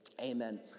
amen